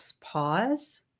pause